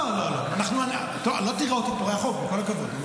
אני לא פורע חוק, עם כל הכבוד.